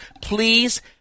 please